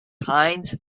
heinz